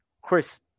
Chris